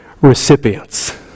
recipients